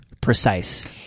precise